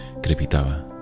crepitaba